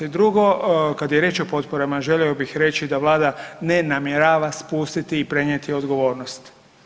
Drugo, kad je riječ o potporama želio bih reći da Vlada ne namjerava spustiti i prenijeti odgovornost.